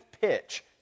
pitch